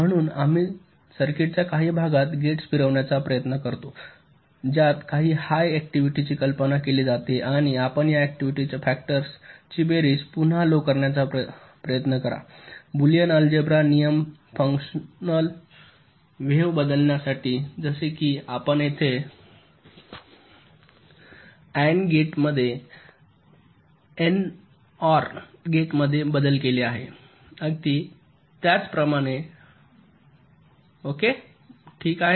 म्हणून आम्ही सर्किटच्या काही भागात गेट्स फिरविण्याचा प्रयत्न करतो ज्यात काही हाय ऍक्टिव्हिटी ची कल्पना केली जाते आणि आपण या ऍक्टिव्हिटीच्या फॅक्टर्स ची बेरीज पुन्हा लो करण्याचा प्रयत्न करा बुलियन अल्जेब्रा नियम फंक्शनल वेव्ह बदलण्यासाठी जसे की आपण येथे अँड गेटमध्ये एनओआर गेटमध्ये बदल केले आहे अगदी त्याचप्रमाणे ठीक आहे